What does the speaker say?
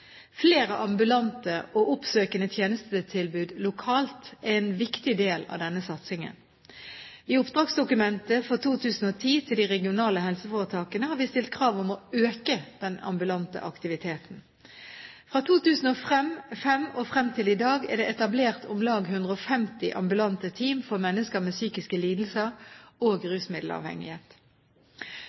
Flere ambulante og oppsøkende tjenestetilbud lokalt er en viktig del av denne satsingen. I oppdragsdokumentet for 2010 til de regionale helseforetakene har vi stilt krav om å øke den ambulante aktiviteten. Fra 2005 og frem til i dag er det etablert om lag 150 ambulante team for mennesker med psykiske lidelser og